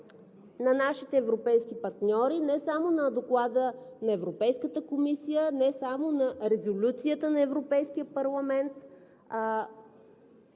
на нашите европейски партньори, не само на Доклада на Европейската комисия, не само на резолюцията на Европейския парламент,